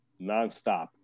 nonstop